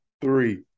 three